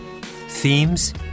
Themes